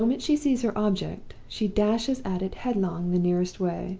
the moment she sees her object, she dashes at it headlong the nearest way.